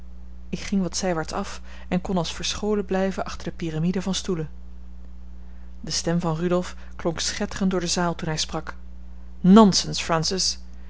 ik ging wat zijwaarts af en kon als verscholen blijven achter de pyramide van stoelen de stem van rudolf klonk schetterend door de zaal toen hij sprak nonsence francis